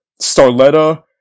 Starletta